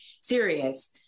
serious